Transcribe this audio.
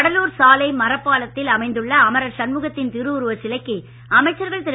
கடலூர் சாலை மரப்பாலத்தில் அமைந்துள்ள அமரர் சண்முகத்தின் திருவுருவச் சிலைக்கு அமைச்சர்கள் திரு